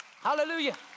Hallelujah